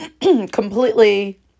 completely